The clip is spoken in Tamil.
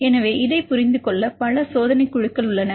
எனவே இதைப் புரிந்து கொள்ள பல சோதனைக் குழுக்கள் உள்ளன